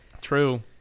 True